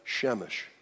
Shemesh